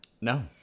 No